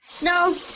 No